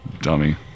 Dummy